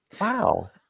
Wow